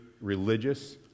religious